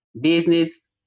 business